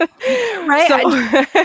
Right